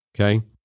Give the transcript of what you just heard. Okay